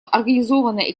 организованной